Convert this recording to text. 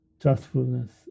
trustfulness